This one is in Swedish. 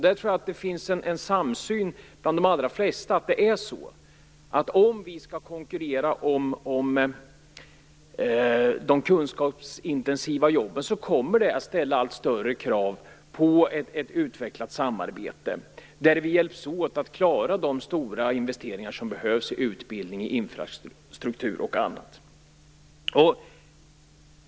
Jag tror att det finns en samsyn bland de allra flesta: om vi skall konkurrera om det kunskapsintensiva jobben kommer det att ställa allt större krav på ett utvecklat samarbete, där vi hjälps åt att klara de stora investeringar som behövs i utbildning, infrastruktur och annat.